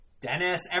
Dennis